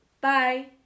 Bye